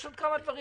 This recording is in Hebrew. יש עוד כמה דברים